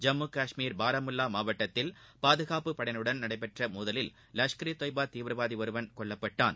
ஜம்மு கஷ்மீர் பாரமுல்லா மாவட்டத்தில் பாதுகாப்புப்படையினருடன் நடந்த மோதலில் லஷ்சர் ஈ தொய்பா ஒரு தீவிரவாதி கொல்லப்பட்டான்